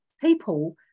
people